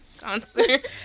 concert